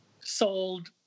sold